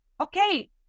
okay